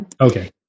Okay